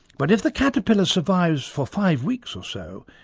but if the caterpillar survives for five weeks or so,